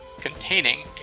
containing